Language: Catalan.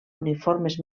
uniformes